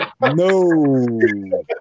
No